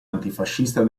antifascista